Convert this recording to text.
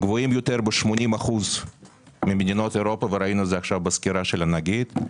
גבוהים יותר ב-80% ממדינות אירופה וראינו את זה עכשיו בסקירה של הנגיד.